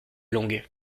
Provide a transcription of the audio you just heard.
longue